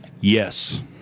Yes